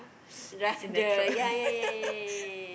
sinetron